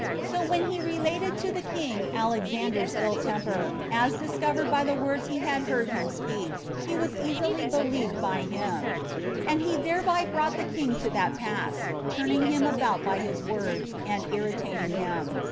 so when he related to the king alexander's ill temper, as discovered by the words he had heard him speak, he was easily believed by him and he thereby brought the king to that pass, turning him about by his words, and irritating him,